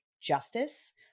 justice